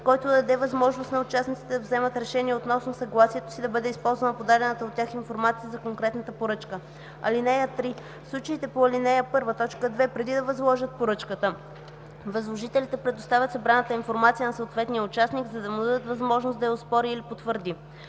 който да даде възможност на участниците да вземат решение относно съгласието си да бъде използвана подадената от тях информация за конкретната поръчка. (3) В случаите по ал. 1, т. 2, преди да възложат поръчката, възложителите предоставят събраната информация на съответния участник, за да му дадат възможност да я оспори или потвърди.”